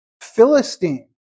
Philistine